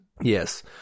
Yes